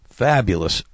fabulous